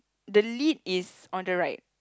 the lid is on the right